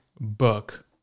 book